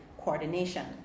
coordination